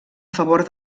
favor